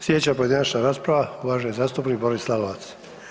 Slijedeća pojedinačna rasprava uvaženi zastupnik Boris Lalovac.